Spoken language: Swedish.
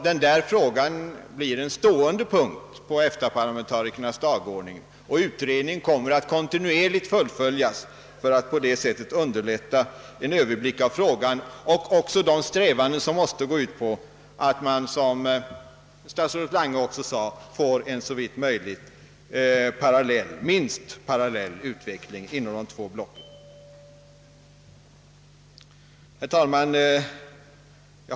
Denna fråga blir en stående punkt på EFTA-parlamentarikernas dagordning, och utredningen kommer att kontinuerligt fullföljas för att man på detta sätt skall kunna underlätta en överblick av frågan och främja de strävanden som måste gå ut på att man — som statsrådet Lange också påpekade — får en såvitt möjligt minst parallell utveckling inom de två blocken.